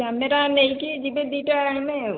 camera ନେଇକି ଯିବେ ଦୁଇଟା ଏଇନେ ଆଉ